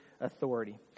authority